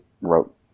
wrote